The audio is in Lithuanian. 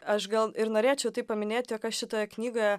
aš gal ir norėčiau tai paminėti jog aš šitoje knygoje